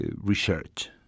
research